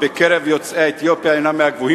הצעת החוק שיוזמיה יחד עמי הם חבר הכנסת יעקב אדרי,